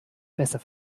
besser